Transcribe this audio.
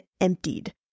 emptied